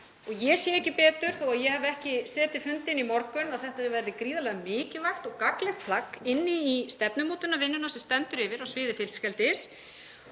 Ég sé ekki betur, þó að ég hafi ekki setið fundinn í morgun, að þetta verði gríðarlega mikilvægt og gagnlegt plagg inn í stefnumótunarvinnuna sem stendur yfir á sviði fiskeldis